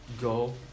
go